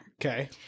Okay